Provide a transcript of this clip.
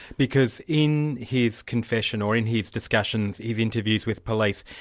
because in his confession, or in his discussions, his interviews with police,